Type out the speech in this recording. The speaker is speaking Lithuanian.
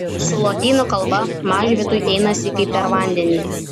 su lotynų kalba mažvydui einasi kaip per vandenį